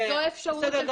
זאת האפשרות של תרבות דיבור.